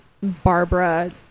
Barbara